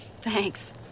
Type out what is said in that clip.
thanks